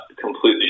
completely